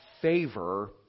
favor